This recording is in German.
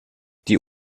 die